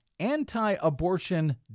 anti-abortion